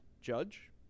judge